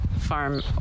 farm